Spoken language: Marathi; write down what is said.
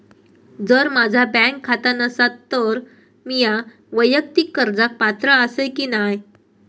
जर माझा बँक खाता नसात तर मीया वैयक्तिक कर्जाक पात्र आसय की नाय?